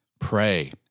Pray